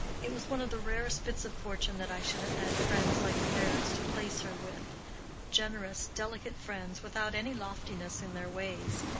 it was one of the rarest bits of fortune that i should have had friends like the meyricks to place her with generous, delicate friends without any loftiness in their ways,